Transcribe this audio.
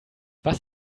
was